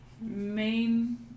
main